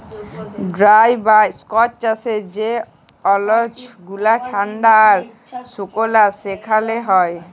dry বা শুস্ক চাষ যে অল্চল গুলা ঠাল্ডা আর সুকলা সেখালে হ্যয়